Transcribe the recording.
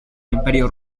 imperio